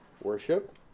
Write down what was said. worship